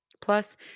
Plus